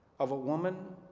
of a woman